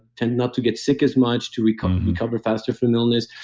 tend not to get sick as much, to recover recover faster from illness.